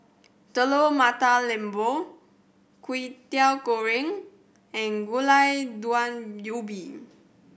Telur Mata Lembu Kwetiau Goreng and Gulai Daun Ubi